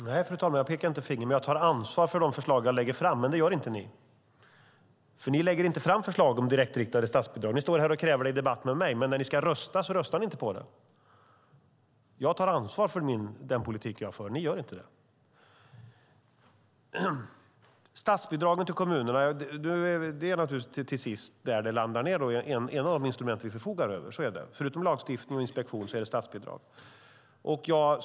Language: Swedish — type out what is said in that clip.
Fru talman! Nej, jag pekar inte finger, men jag tar ansvar för de förslag jag lägger fram. Det gör inte ni, för ni lägger inte fram förslag om direktriktade statsbidrag. Ni står här och kräver det i debatt med mig, men när ni ska rösta röstar ni inte på det. Jag tar ansvar för den politik jag för. Ni gör inte det. Det landar naturligtvis till sist i statsbidragen till kommunerna, som är ett av de instrument vi förfogar över, förutom lagstiftning och inspektion.